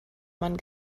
man